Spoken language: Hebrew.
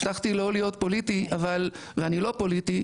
הבטחתי לא להיות פוליטי ואני לא פוליטי,